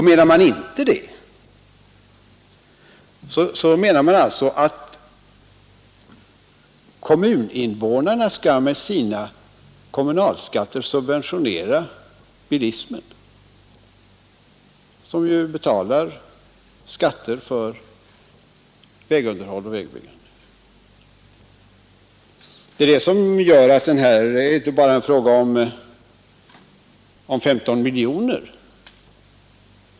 Menar man det inte, innebär det att kommunens kommunalskatter skall subventionera bilismen som ju betalar skatter för vägunderhåll och vägbyggnader. Det är detta som gör att detta är en principsak och inte bara är en fråga om 15 miljoner kronor.